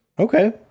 Okay